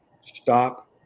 stop